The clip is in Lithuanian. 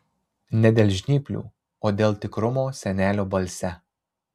ne dėl žnyplių o dėl tikrumo senelio balse